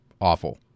awful